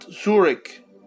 Zurich